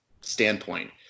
standpoint